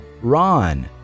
Ron